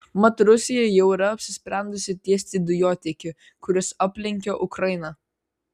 mat rusija jau yra apsisprendusi tiesti dujotiekį kuris aplenkia ukrainą